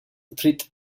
tritt